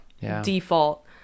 Default